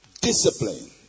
Discipline